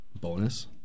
bonus